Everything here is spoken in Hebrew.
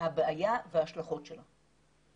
הבעיה ואת ההשלכות שלה.